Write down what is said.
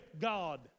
God